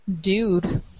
dude